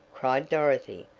cried dorothy,